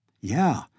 Yeah